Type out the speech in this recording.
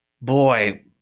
boy